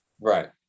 right